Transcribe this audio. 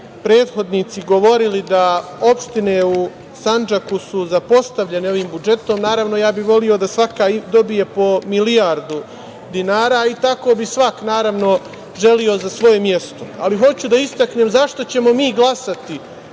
prethodnici govorili da opštine u Sandžaku su zapostavljene ovim budžetom, naravno ja bih voleo da svaka dobije po milijardu dinara i tako bi svako naravno želeo za svoje mesto, ali hoću da istaknem zašta ćemo mi glasati